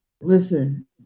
Listen